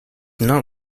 not